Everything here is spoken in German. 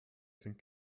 sind